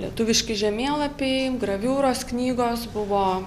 lietuviški žemėlapiai graviūros knygos buvo